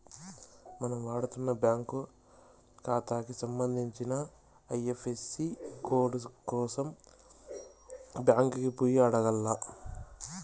మనం వాడతన్న బ్యాంకు కాతాకి సంబంధించిన ఐఎఫ్ఎసీ కోడు కోసరం బ్యాంకికి పోయి అడగాల్ల